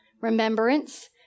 Remembrance